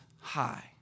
high